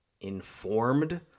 informed